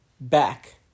back